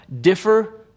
differ